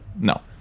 No